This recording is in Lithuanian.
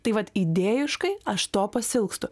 tai vat idėjiškai aš to pasiilgstu